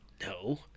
no